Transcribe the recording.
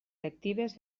lectives